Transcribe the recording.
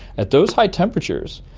at those high temperatures,